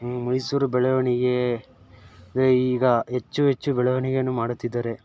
ಮೈಸೂರು ಬೆಳವಣಿಗೆ ಈಗ ಹೆಚ್ಚು ಹೆಚ್ಚು ಬೆಳವಣಿಗೆಯನ್ನು ಮಾಡುತ್ತಿದ್ದಾರೆ